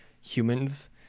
humans